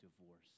divorce